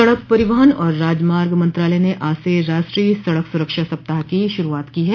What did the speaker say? सड़क परिवहन और राजमार्ग मंत्रालय ने आज से राष्ट्रीय सड़क सुरक्षा सप्ताह की शुरूआत की है